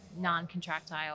non-contractile